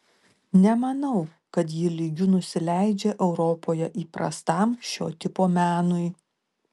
nemanau kad ji lygiu nusileidžia europoje įprastam šio tipo menui